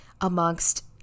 amongst